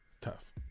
tough